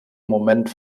moment